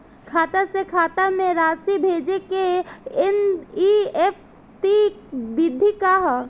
खाता से खाता में राशि भेजे के एन.ई.एफ.टी विधि का ह?